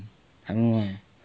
I don't know